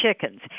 chickens